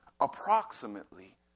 approximately